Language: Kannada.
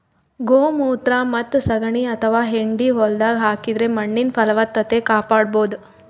ಗೋಮೂತ್ರ ಮತ್ತ್ ಸಗಣಿ ಅಥವಾ ಹೆಂಡಿ ಹೊಲ್ದಾಗ ಹಾಕಿದ್ರ ಮಣ್ಣಿನ್ ಫಲವತ್ತತೆ ಕಾಪಾಡಬಹುದ್